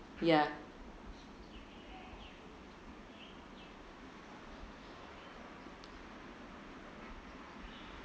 yeah